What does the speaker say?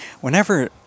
Whenever